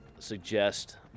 suggest